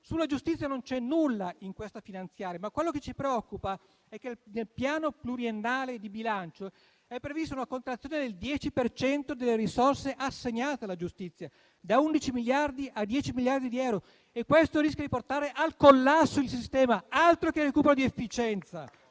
sulla giustizia non c'è nulla in questa finanziaria, ma quello che ci preoccupa è che nel piano pluriennale di bilancio è prevista una contrazione del 10 per cento delle risorse assegnate alla giustizia, da 11 miliardi a 10 miliardi di euro, e questo rischia di portare al collasso il sistema. Altro che recupero di efficienza